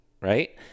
right